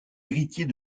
héritier